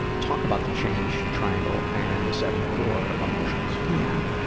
talk about the change triangle and the seven core emotions. yeah.